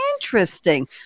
Interesting